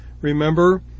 Remember